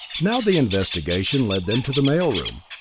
now the investigation led them to the mail-room.